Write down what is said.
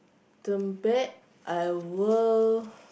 I will